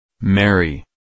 Mary